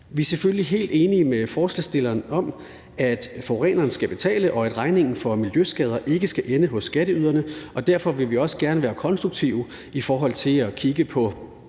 Vi er selvfølgelig helt enige med forslagsstillerne om, at forureneren skal betale, og at regningen for miljøskader ikke skal ende hos skatteyderne. Derfor vil vi også gerne være konstruktive i forhold til at kigge på